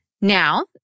Now